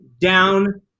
down